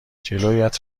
جلویت